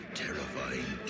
terrifying